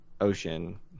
Ocean